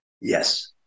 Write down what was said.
yes